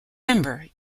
member